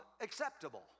acceptable